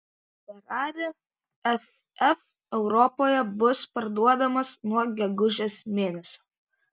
ferrari ff europoje bus parduodamas nuo gegužės mėnesio